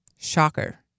Shocker